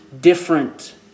different